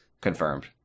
Confirmed